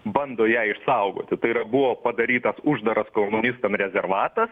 bando ją išsaugoti tai yra buvo padarytas uždaras komunistam rezervatas